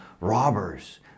robbers